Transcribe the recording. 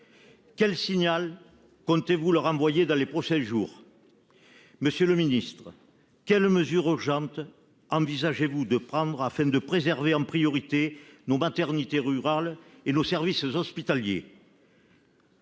Quel signal comptez-vous leur envoyer dans les prochains jours. Monsieur le ministre, quelles mesures urgentes envisagez-vous de prendre afin de préserver en priorité nos maternités rurales et nos services hospitaliers.